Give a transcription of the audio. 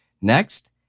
Next